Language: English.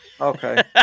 Okay